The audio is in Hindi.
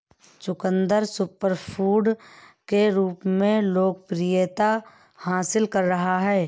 चुकंदर सुपरफूड के रूप में लोकप्रियता हासिल कर रहा है